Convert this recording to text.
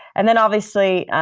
and then obviously